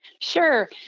Sure